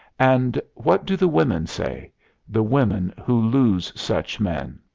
and what do the women say the women who lose such men?